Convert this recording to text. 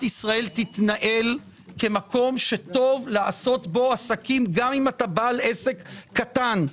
ישראל תתנהל כמקום שטוב לעשות בו עסקים גם אם אתה בעל עסק קטן,